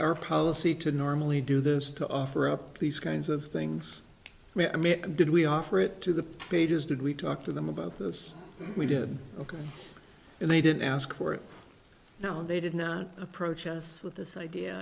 our policy to normally do this to offer up these kinds of things i mean did we offer it to the pages did we talk to them about this we did ok and they did ask for it now and they did not approach us with this idea